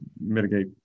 mitigate